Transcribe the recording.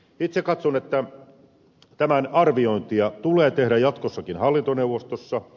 itse katson että tämän arviointia tulee tehdä jatkossakin hallintoneuvostossa